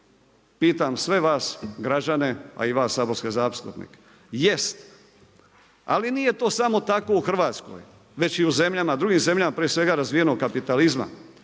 pitam sve vas građane a i vas saborske zastupnike? Jest. Ali nije to samo tako u Hrvatskoj već i u zemljama, drugim zemljama prije svega razvijenog kapitalizma